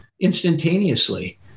instantaneously